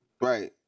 Right